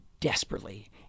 desperately